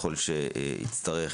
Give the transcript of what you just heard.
ככל שנצטרך,